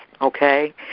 okay